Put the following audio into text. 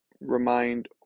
remind